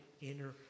inner